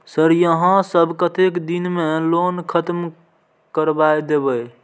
Sir यहाँ सब कतेक दिन में लोन खत्म करबाए देबे?